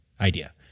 idea